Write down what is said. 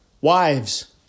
Wives